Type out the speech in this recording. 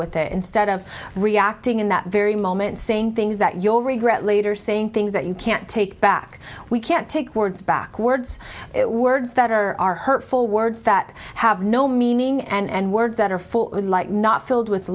with a instead of reacting in that very moment saying things that you'll regret later saying things that you can't take back we can't take words back words it words that are hurtful words that have no meaning and words that are full of like not filled with